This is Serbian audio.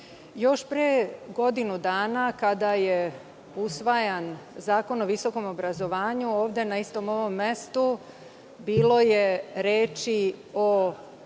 još pre godinu dana, kada je usvojen Zakon o visokom obrazovanju, ovde na istom ovom mestu bilo je reči o